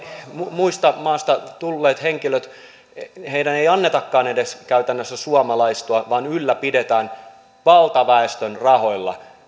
muista maista tulleiden henkilöiden ei käytännössä edes annetakaan suomalaistua vaan valtaväestön rahoilla